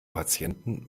patienten